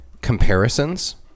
comparisons